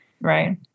Right